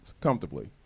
comfortably